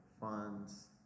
funds